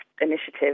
initiative